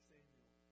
Samuel